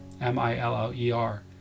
M-I-L-L-E-R